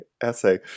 essay